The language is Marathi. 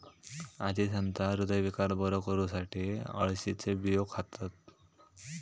आजी सांगता, हृदयविकार बरो करुसाठी अळशीचे बियो खातत